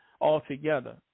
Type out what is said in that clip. altogether